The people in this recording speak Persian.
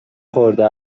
خورده